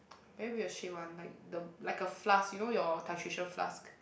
very weird shape [one] like the like a flask you know your titration flask